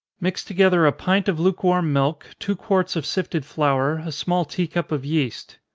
mix together a pint of lukewarm milk, two quarts of sifted flour, a small tea-cup of yeast.